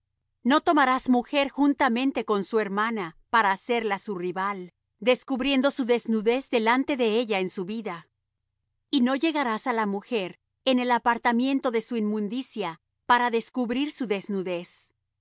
no tomarás mujer juntamente con su hermana para hacerla su rival descubriendo su desnudez delante de ella en su vida y no llegarás á la mujer en el apartamiento de su inmundicia para descubrir su desnudez